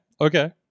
okay